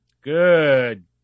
Good